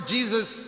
Jesus